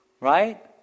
Right